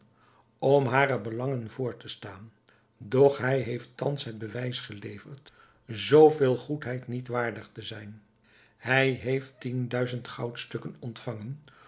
om hare belangen voor te staan doch hij heeft thans het bewijs geleverd zoo veel goedheid niet waardig te zijn hij heeft tien duizend goudstukken ontvangen